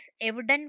evident